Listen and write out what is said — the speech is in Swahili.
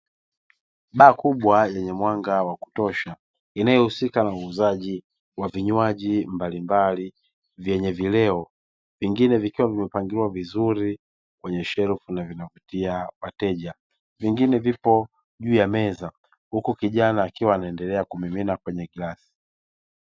Baa kubwa nyenye mwanga wa kutosha inayohusika na uuzaji wa vinywaji mbalimbali vyenye vileo, vingine vikiwa vimepangiliwa vizuri kwenye shelfu na vinavutia wateja. Vingine vipo juu ya meza huku kijana akiwa anaendelea kumimina kwenye glasi.